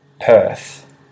Perth